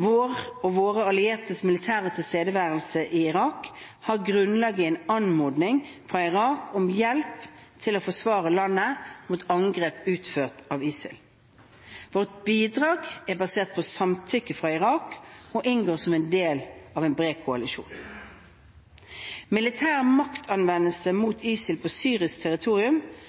Vår og våre alliertes militære tilstedeværelse i Irak har grunnlag i en anmodning fra Irak om hjelp til å forsvare landet mot angrep utført av ISIL. Vårt bidrag er basert på samtykke fra Irak og inngår som del av en bred koalisjon. Militær maktanvendelse mot ISIL på syrisk territorium